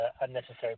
unnecessary